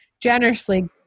generously